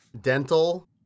dental